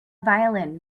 violin